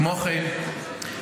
כמו כן,